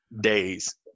days